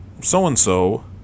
so-and-so